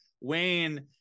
Wayne